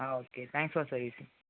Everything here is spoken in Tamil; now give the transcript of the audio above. ah okay thanks for service